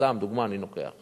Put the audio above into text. סתם, דוגמה אני לוקח.